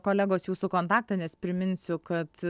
kolegos jūsų kontaktą nes priminsiu kad